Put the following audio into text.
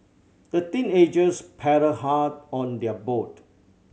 the teenagers paddled hard on their boat